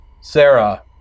sarah